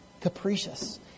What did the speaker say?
capricious